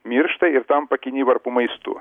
miršta ir tampa kinivarpų maistu